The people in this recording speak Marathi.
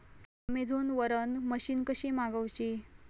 अमेझोन वरन मशीन कशी मागवची?